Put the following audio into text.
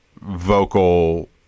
vocal